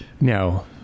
No